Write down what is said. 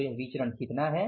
तो यह विचरण कितना है